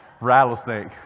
Rattlesnake